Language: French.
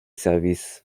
services